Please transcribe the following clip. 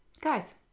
Guys